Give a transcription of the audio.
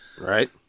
Right